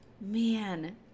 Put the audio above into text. man